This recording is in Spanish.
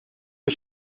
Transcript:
que